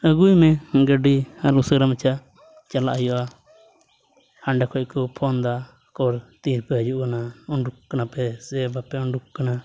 ᱟᱹᱜᱩᱭ ᱢᱮ ᱜᱟᱹᱰᱤ ᱟᱨ ᱩᱥᱟᱹᱨᱟ ᱢᱟᱪᱷᱟ ᱪᱟᱞᱟᱜ ᱦᱩᱭᱩᱜᱼᱟ ᱦᱟᱸᱰᱮ ᱠᱷᱚᱡ ᱠᱚ ᱯᱷᱳᱱᱫᱟ ᱩᱠᱩᱨ ᱛᱤ ᱨᱮᱯᱮ ᱦᱤᱡᱩᱜ ᱠᱟᱱᱟ ᱩᱰᱩᱠ ᱠᱟᱱᱟᱯᱮ ᱥᱮ ᱵᱟᱯᱮ ᱩᱰᱩᱠ ᱠᱟᱱᱟ